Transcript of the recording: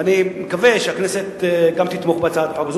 ואני מקווה שגם הכנסת תתמוך בהצעת חוק זו,